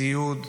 ציוד,